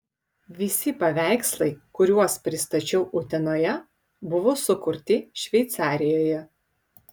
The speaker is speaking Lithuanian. visi paveikslai kuriuos pristačiau utenoje buvo sukurti šveicarijoje